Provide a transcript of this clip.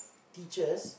teachers